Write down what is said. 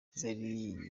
zari